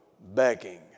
begging